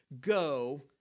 go